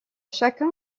chacun